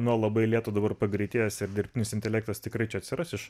nuo labai lėto dabar pagreitėjęs ir dirbtinis intelektas tikrai čia atsiras iš